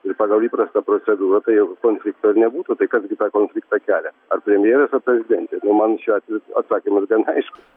ir pagal įprastą procedūrą tai jokio konflikto ir nebūtų tai kas gi tą konfliktą kelia ar premjeras ar prezidentė man šiuo atveju atsakymas gan aiškus